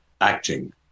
acting